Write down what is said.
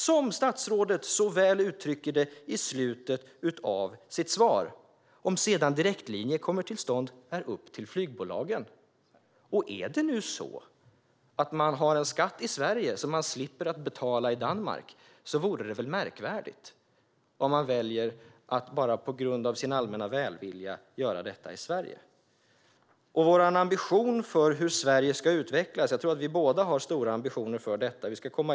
Som statsrådet uttrycker det så väl i slutet av sitt svar: "Om sedan direktlinjer kommer till stånd är upp till flygbolagen." Om det är så att om man har en skatt i Sverige som man slipper att betala i Danmark vore det väl märkvärdigt om man väljer att bara på grund av sin allmänna välvilja göra detta i Sverige. Jag tror att vi båda har stora ambitioner för hur Sverige ska utvecklas.